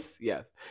Yes